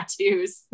tattoos